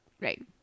Right